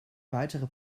weitere